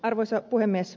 arvoisa puhemies